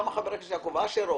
כמה חטף חבר הכנסת יעקב אשר,